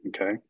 okay